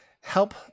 Help